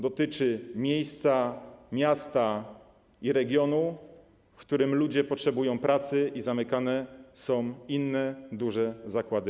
Dotyczy miasta i regionu, w którym ludzie potrzebują pracy, a zamykane są inne duże zakłady.